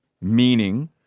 Meaning